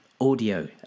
audio